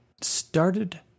started